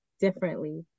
differently